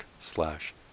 slash